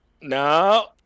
no